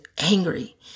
angry